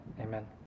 Amen